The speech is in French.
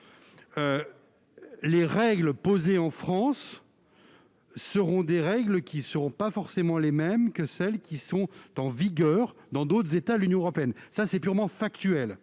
Les règles posées en France ne seront pas forcément les mêmes que celles qui sont vigueur dans d'autres États de l'Union européenne. C'est purement factuel.